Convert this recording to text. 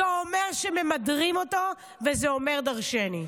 זה אומר שממדרים אותו וזה אומר דורשני.